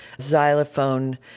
xylophone